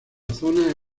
zona